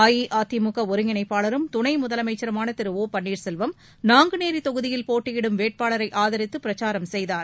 அஇஅதிமுக ஒருங்கிணைப்பாளரும் துணை முதலமைச்சருமான திரு ஒ பன்னீர்செல்வம் நாங்குநேரி தொகுதியில் போட்டியிடும் வேட்பாளரை ஆதரித்து பிரச்சாரம் செய்தார்